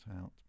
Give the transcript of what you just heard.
out